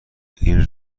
این